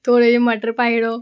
थोह्ड़े जे मटर पाई उड़ो